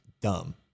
dumb